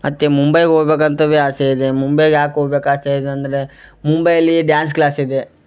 ಮತ್ತು ಮುಂಬೈಗೆ ಹೋಗ್ಬೇಕಂತ ಬಿ ಆಸೆ ಇದೆ ಮುಂಬೈಗೆ ಯಾಕೆ ಹೋಬೇಕು ಆಸೆ ಇದೆ ಅಂದರೆ ಮುಂಬೈಯಲ್ಲಿ ಡ್ಯಾನ್ಸ್ ಕ್ಲಾಸಿದೆ